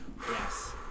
Yes